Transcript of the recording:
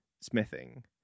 smithing